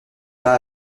pas